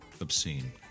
obscene